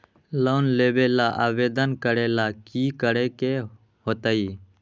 Loan लेबे ला आवेदन करे ला कि करे के होतइ?